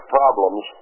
problems